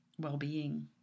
well-being